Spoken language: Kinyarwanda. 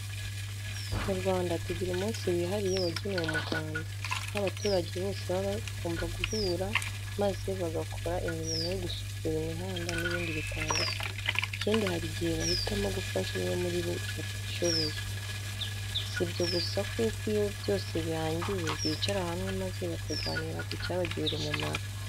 Mu Rwanda tugira umunsi wihariye wagenewe Umugana, aho abaturage bose baba bagomba guhura maze bagakora imirimo yo gusukura imihanda n'ibindi bitandukanye. Ikindi hari n'igihe bahitamo gufasha bamwe muri bo batishoboye. Si ibyo gusa kuko iyo ibyo birangiye bicara hamwe maze bakaganira ku cyabagirira umumaro.